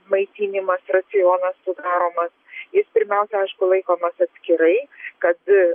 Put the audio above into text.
maitinimas racionas sudaromas jis pirmiausia aišku laikomas atskirai kad